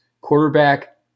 quarterback